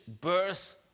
birth